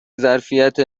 ظرفیت